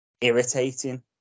irritating